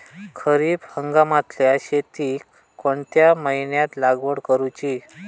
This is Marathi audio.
खरीप हंगामातल्या शेतीक कोणत्या महिन्यात लागवड करूची?